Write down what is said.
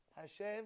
Hashem